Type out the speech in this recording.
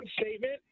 statement